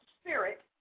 spirit